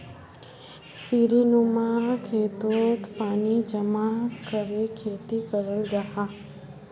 सीढ़ीनुमा खेतोत पानी जमा करे खेती कराल जाहा